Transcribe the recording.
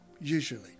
usually